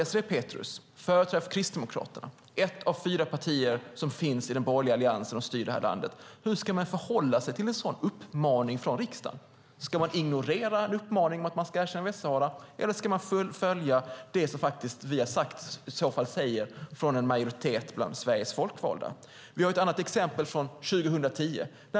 Désirée Pethrus, företrädare för Kristdemokraterna, ett av fyra partier i den borgerliga allians som styr det här landet: Hur ska man förhålla sig till en sådan uppmaning från riksdagen? Ska man ignorera en uppmaning om att erkänna Västsahara eller ska man följa en uppmaning från en majoritet bland Sveriges folkvalda? Det finns ett annat exempel från 2010.